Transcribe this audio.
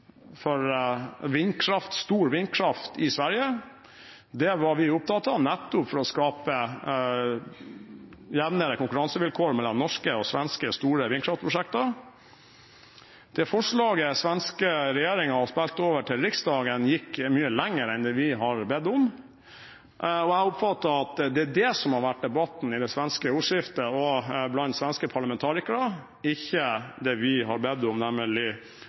for vindkraft, stor vindkraft, i Sverige. Det var vi opptatt av nettopp for å skape jevnere konkurransevilkår mellom norske og svenske store vindkraftprosjekter. Det forslaget den svenske regjeringen har spilt over til Riksdagen, gikk mye lenger enn det vi har bedt om, og jeg oppfatter at det er det som har vært debatten i det svenske ordskiftet og blant svenske parlamentarikere, ikke det vi har bedt om, nemlig